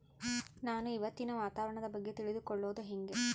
ನಾನು ಇವತ್ತಿನ ವಾತಾವರಣದ ಬಗ್ಗೆ ತಿಳಿದುಕೊಳ್ಳೋದು ಹೆಂಗೆ?